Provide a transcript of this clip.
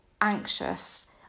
anxious